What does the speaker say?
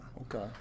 Okay